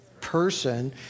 person